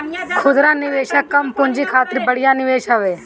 खुदरा निवेशक कम पूंजी खातिर बढ़िया निवेश हवे